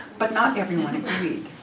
but not everyone agreed.